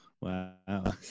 Wow